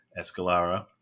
Escalara